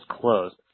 closed